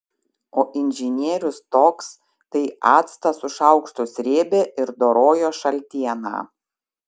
o inžinierius toks tai actą su šaukštu srėbė ir dorojo šaltieną